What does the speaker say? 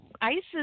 ISIS